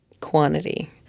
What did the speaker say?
quantity